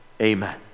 Amen